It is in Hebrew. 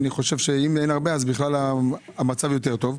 אם אין הרבה אז בכלל המצב יותר טוב.